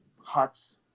huts